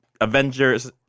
Avengers